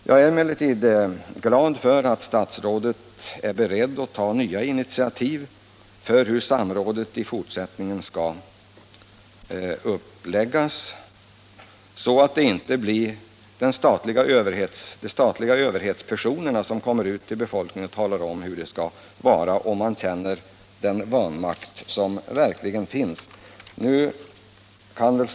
Jag är emellertid glad över att statsrådet är beredd att ta nya initiativ för hur samrådet i fortsättningen skall uppläggas, så att det inte blir de statliga överhetspersonerna som kommer ut till befolkningen och talar om hur det skall vara. Man känner verkligen vanmakt i denna situation.